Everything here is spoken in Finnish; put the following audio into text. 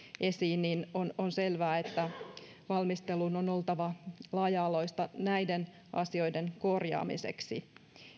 esiin niin on on selvää että valmistelun on oltava laaja alaista näiden asioiden korjaamiseksi